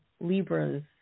Libras